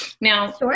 Now